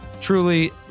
Truly